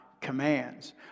commands